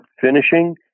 finishing